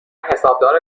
حسابدار